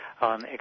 on